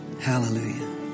Hallelujah